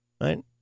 Right